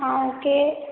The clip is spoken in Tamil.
ஆ ஓகே